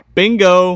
bingo